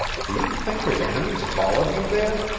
do you think your enemies followed you there?